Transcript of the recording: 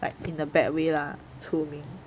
but in a bad way lah 出名